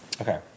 okay